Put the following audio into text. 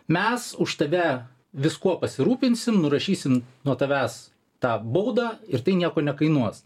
mes už tave viskuo pasirūpinsim nurašysim nuo tavęs tą baudą ir tai nieko nekainuos